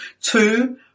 Two